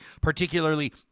particularly